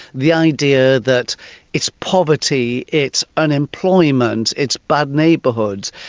the idea that it's poverty it's unemployment, it's bad neighbourhood,